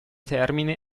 termine